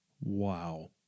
Wow